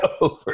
over